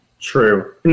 True